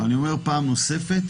אני אומר פעם נוספת,